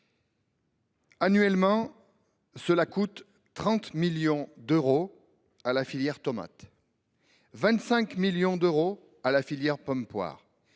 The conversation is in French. Annuellement, cela coûte 30 millions d'euros à la filière tomates, 25 millions d'euros à la filière pommes-poires,